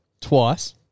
Twice